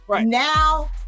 now